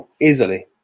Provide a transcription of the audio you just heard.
Easily